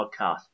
Podcast